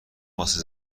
واسه